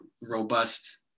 robust